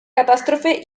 catástrofe